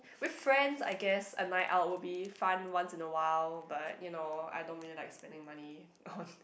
with friends I guess I might I will be fun once in awhile but you know I don't really like spending money on